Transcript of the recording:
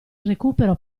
recupero